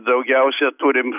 daugiausia turim